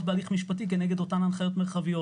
בהליך משפטי כנגד אותן הנחיות מרחביות.